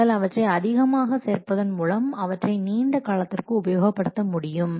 நீங்கள் அவற்றை அதிகமாக சேர்ப்பதன் மூலம் அவற்றை நீண்ட காலத்திற்கு உபயோகப்படுத்த முடியும்